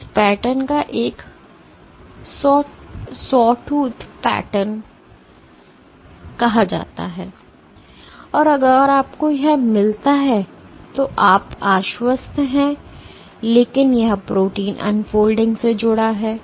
तो इस पैटर्न को एक सवॉथ पैटर्न कहा जाता है और अगर आपको यह मिलता है तो आप आश्वस्त हैं लेकिन यह प्रोटीन अनफॉल्डिंग से जुड़ा है